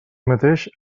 mateix